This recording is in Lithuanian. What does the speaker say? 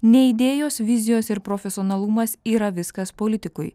ne idėjos vizijos ir profesionalumas yra viskas politikoje